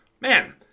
man